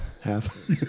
half